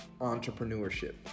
entrepreneurship